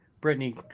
Brittany